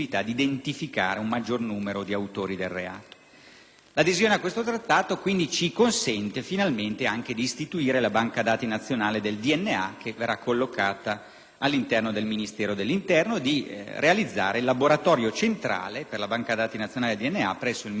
L'adesione a questo Trattato ci consente, finalmente, di istituire la banca dati nazionale del DNA, che verrà collocata all'interno del Ministero dell'interno, e di realizzare il laboratorio centrale per la banca dati nazionale del DNA presso il Ministero della Giustizia, specificatamente presso il Dipartimento dell'Amministrazione